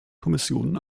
kommission